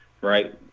right